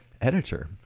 editor